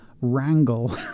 wrangle